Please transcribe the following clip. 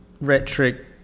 rhetoric